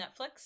Netflix